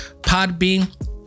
Podbean